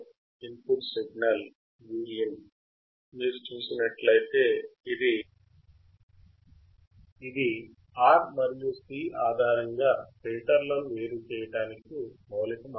ఇది R మరియు C ఆధారంగా ఫిల్టర్లను వేరు చేయడానికి మౌలిక మార్గం